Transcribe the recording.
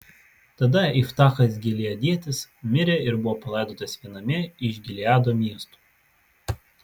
tada iftachas gileadietis mirė ir buvo palaidotas viename iš gileado miestų